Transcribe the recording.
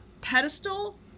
pedestal